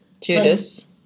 Judas